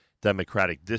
Democratic